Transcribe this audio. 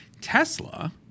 Tesla